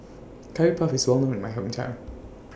Curry Puff IS Well known in My Hometown